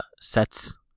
sets